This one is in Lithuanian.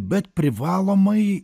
bet privalomai